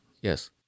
Yes